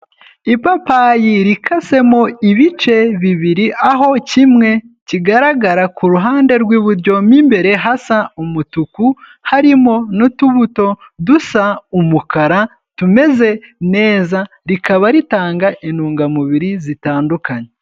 Ipapayi rikasemo ibice bibiri, aho kimwe kigaragara ku ruhande rw'iburyo mo imbere hasa umutuku, harimo n'utubuto dusa umukara tumeze neza, rikaba ritanga intungamubiri zitandukanye.